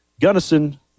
Gunnison